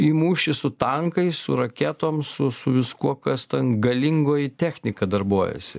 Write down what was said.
į mūšį su tankais su raketom su su viskuo kas ten galingoj technika darbuojasi